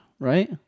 Right